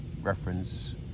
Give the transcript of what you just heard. reference